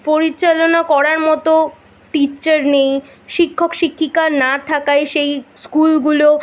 পরিচালনা করার মতো টিচার নেই শিক্ষক শিক্ষিকা না থাকায় সেই স্কুলগুলো